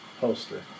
poster